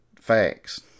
facts